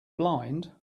blind